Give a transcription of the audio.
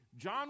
John